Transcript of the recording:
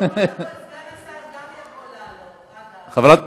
קודם כול, סגן השר גם יכול לענות, אגב.